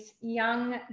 young